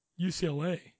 UCLA